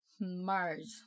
Mars